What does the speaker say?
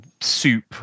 soup